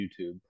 YouTube